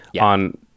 on